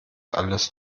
alles